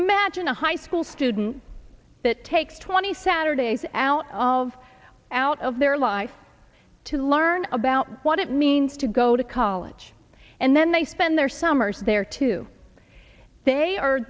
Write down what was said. imagine a high school student that takes twenty saturdays out of out of their life to learn about what it means to go to college and then they spend their summers there to